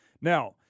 Now